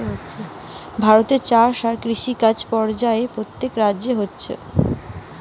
ভারতে চাষ আর কৃষিকাজ পর্যায়ে প্রত্যেক রাজ্যে হতিছে